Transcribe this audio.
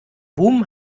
boom